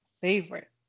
favorite